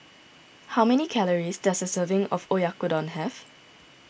how many calories does a serving of Oyakodon have